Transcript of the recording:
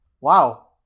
wow